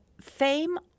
fame